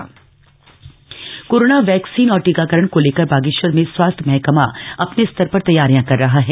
vaccine तैयारियां corona vaccine और टीकाकरण को लेकर बागेश्वर में स्वास्थ्य महकमा अपने स्तर पर तैयारियां कर रहा है